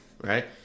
right